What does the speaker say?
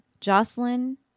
Jocelyn